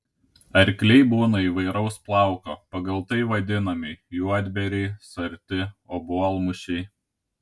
arkliai būna įvairaus plauko pagal tai vadinami juodbėriai sarti obuolmušiai